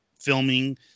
filming